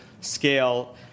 scale